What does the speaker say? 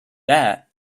that